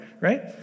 right